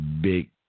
big